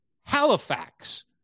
Halifax